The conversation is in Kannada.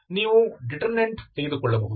ನೀವು ಡಿಟರ್ಮಿನಂಟ ತೆಗೆದುಕೊಳ್ಳಬಹುದು